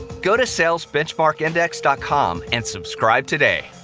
go to salesbenchmarkindex dot com and subscribe today.